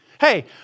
Hey